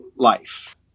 life